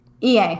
EA